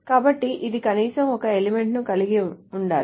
కాబట్టి ఇది కనీసం ఒక ఎలిమెంట్ ను కలిగి ఉండాలి